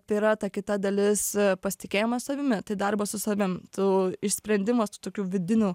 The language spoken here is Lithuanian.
tai yra ta kita dalis pasitikėjimas savimi tai darbas su savim tu išsprendimas tų tokių vidinių